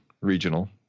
regional